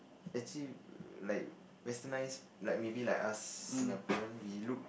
actually like westernised like maybe like us Singaporeans we look